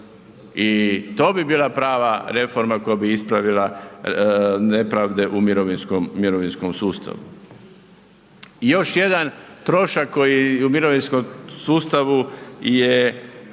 I to bi bila prava reforma koja bi ispravila nepravde u mirovinskom sustavu. Još jedan trošak koji u mirovinskom sustavu je